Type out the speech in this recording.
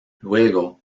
luego